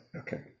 Okay